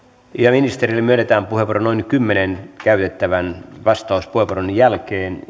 ministerille myönnetään puheenvuoro noin kymmenen käytettävän vastauspuheenvuoron jälkeen